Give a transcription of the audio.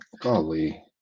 golly